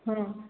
ହଁ